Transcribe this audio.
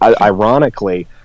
ironically